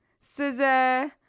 Scissor